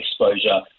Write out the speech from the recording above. exposure